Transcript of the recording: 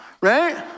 right